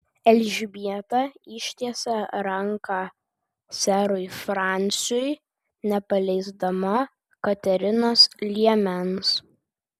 elžbieta ištiesė ranką serui fransiui nepaleisdama katerinos liemens